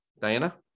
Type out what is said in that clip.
Diana